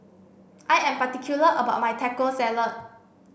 I am particular about my Taco Salad